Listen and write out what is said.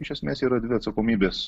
iš esmės yra dvi atsakomybės